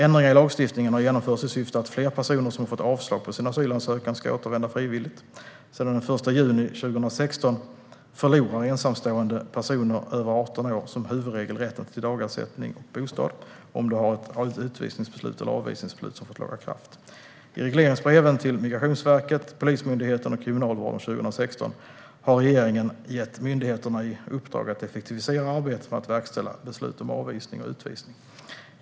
Ändringar i lagstiftningen har genomförts i syfte att fler personer som har fått avslag på sin asylansökan ska återvända frivilligt. Sedan den 1 juni 2016 förlorar ensamstående personer över 18 år som huvudregel rätten till dagersättning och bostad om de har ett utvisningsbeslut eller avvisningsbeslut som fått laga kraft. I regleringsbreven till Migrationsverket, Polismyndigheten och Kriminalvården för 2016 har regeringen gett myndigheterna i uppdrag att effektivisera arbetet med att verkställa beslut om avvisning och utvisning.